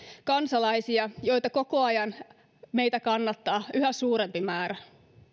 kansalaisia joista meitä kannattaa koko ajan yhä suurempi määrä